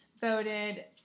voted